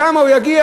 לשם הוא יגיע,